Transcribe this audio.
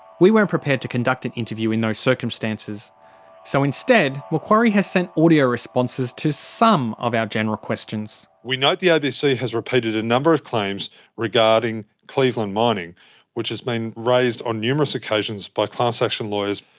we weren't prepared to conduct an interview in those circumstances so, instead, macquarie has sent audio responses to some of our general questions. we note the abc has repeated a number of claims regarding cleveland mining which has been raised on numerous occasions by class action lawyers.